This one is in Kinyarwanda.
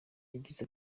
yagize